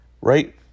right